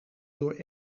door